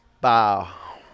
Bow